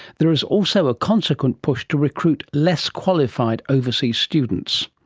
there is also a consequent push to recruit less qualified overseas students.